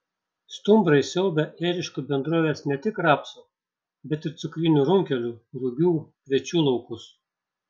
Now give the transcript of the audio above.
stumbrai siaubia ėriškių bendrovės ne tik rapsų bet ir cukrinių runkelių rugių kviečių laukus